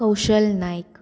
Kaushal Naik